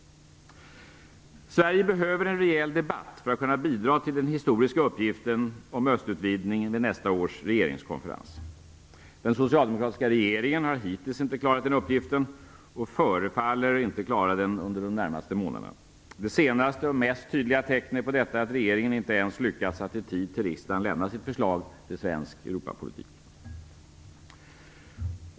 Sverige behöver en rejäl debatt för att kunna bidra till den historiska uppgift som östutvidgningen innebär vid nästa års regeringskonferens. Den socialdemokratiska regeringen har hittills inte klarat den uppgiften och förefaller inte klara den under de närmaste månaderna. Det senaste och tydligaste tecknet på detta är att regeringen inte ens lyckats att i tid till riksdagen lämna sitt förslag till svensk Europapolitik.